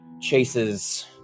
Chase's